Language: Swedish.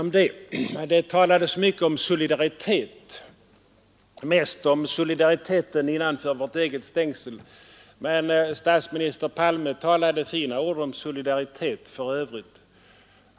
Men det talades mycket om solidaritet — mest om solidariteten innanför vårt eget stängsel. Särskilt statsminister Palme talade fina ord om solidaritet.